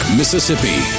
mississippi